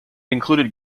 included